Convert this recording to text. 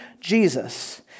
Jesus